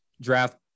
draft